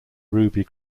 ruby